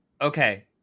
Okay